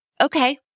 okay